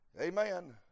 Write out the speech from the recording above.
amen